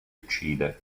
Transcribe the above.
uccide